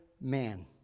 man